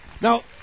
Now